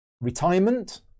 Retirement